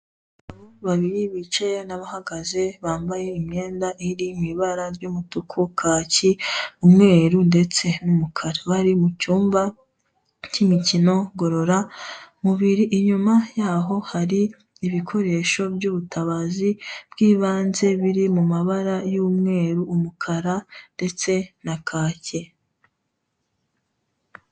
Abagabo babairi bicaye n'abahagaze bambaye imyenda iri mu ibara ry'umutuku, kaki, umweru ndetse n'umukara. Bari mu cyumba k'imikino ngororamubiri, inyuma yaho hari ibikoresho by'ubutabazi bw'ibanze biri mu mabara y'umweru, umukara ndetse na kake.